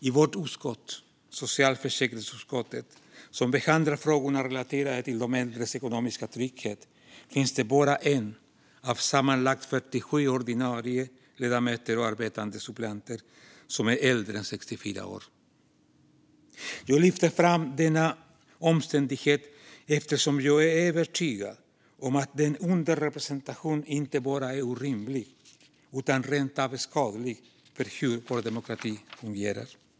I vårt utskott, socialförsäkringsutskottet, som behandlar frågor relaterade till de äldres ekonomiska trygghet finns det bara 1 av sammanlagt 47 ordinarie ledamöter och arbetande suppleanter som är äldre än 64 år. Jag lyfter fram denna omständighet eftersom jag är övertygad om att denna underrepresentation inte bara är orimlig utan rent av skadlig för hur vår demokrati fungerar.